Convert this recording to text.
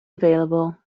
available